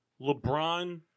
LeBron